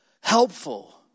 Helpful